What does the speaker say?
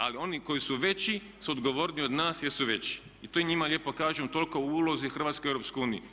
Ali oni koji su veći su odgovorniji od nas jer su veći i to njima lijepo kažemo toliko o ulozi Hrvatske u EU.